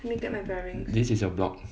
this is your block